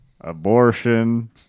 abortion